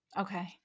Okay